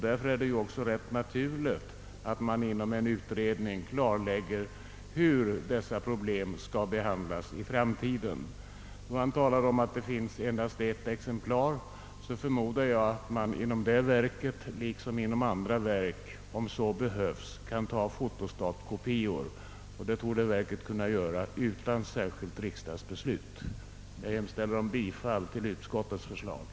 Därför är det också rätt naturligt, att man inom en utredning klarlägger hur detta problem skall behandlas i framtiden. Han talar om att det finns endast ett exemplar. Jag förmodar att man inom det verket liksom inom andra verk, om så behövs, kan ta fotostatkopior, och det torde verket kunna göra utan särskilt riksdagsbeslut. Jag hemställer om bifall till utskottets hemställan.